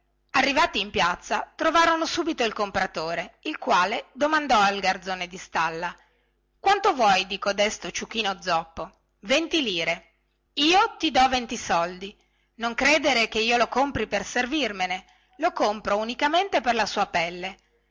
arrivati in piazza trovarono subito il compratore il quale domandò al garzone di stalla quanto vuoi di cotesto ciuchino zoppo venti lire io ti do venti soldi non credere che io lo compri per servirmene lo compro unicamente per la sua pelle